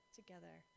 together